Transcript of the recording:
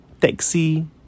taxi